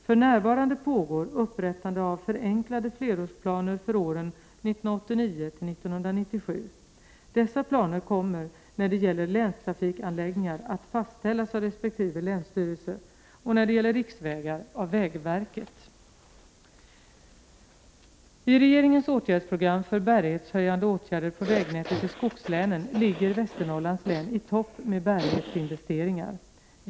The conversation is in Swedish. För närvarande pågår upprättande av förenklade flerårsplaner för åren 1989-1997. Dessa planer kommer när det gäller länstrafikanläggningar att fastställas av resp. länsstyrelse och när det gäller riksvägar att fastställas av vägverket. I regeringens åtgärdsprogram för bärighetshöjande åtgärder på vägnätet i skogslänen ligger Västernorrlands län i topp med bärighetsinvesteringar.